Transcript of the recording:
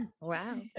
Wow